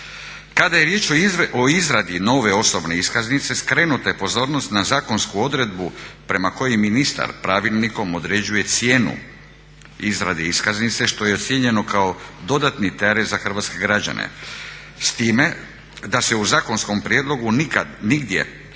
Kada je riječ o izradi nove osobne iskaznice skrenuta je pozornost na zakonsku odredbu prema kojoj ministar pravilnikom određuje cijenu izrade iskaznice što je ocijenjeno kao dodatni teret za hrvatske građane, s time da se u zakonskom prijedlogu nikad nigdje